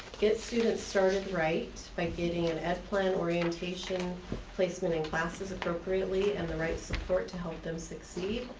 get students started right by getting an ed plan or education placement in classes appropriately and the right support to help them succeed.